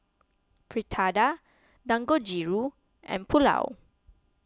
Fritada Dangojiru and Pulao